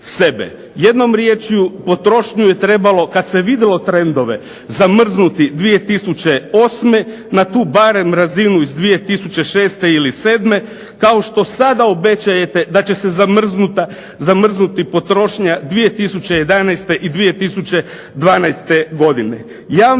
Jednom rječju, potrošnju je trebalo kad se vidjelo trendove zamrznuti 2008. na tu barem razinu iz 2006. ili '07. kao što sada obećajete da će se zamrznuti potrošnja 2011. i 2012. godine.